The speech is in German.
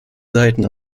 seiten